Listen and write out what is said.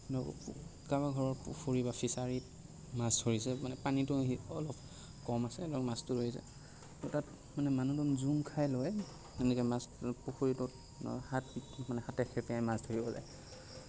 কাৰোবাৰ ঘৰৰ পুখুৰীত বা ফিছাৰীত মাছ মধৰিছে মানে পানীটো অলপ কম আছে ধৰক মাছটো ধৰিছে ত' তাত মানে মানুহবোৰ জোম খাই লৈ তেনেকে মাছ পুখুৰীটোত হাতে খেপিয়াই মাছ ধৰিব যায়